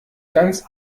ganz